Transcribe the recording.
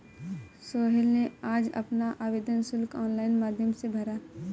सोहेल ने आज अपना आवेदन शुल्क ऑनलाइन माध्यम से भरा